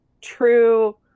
true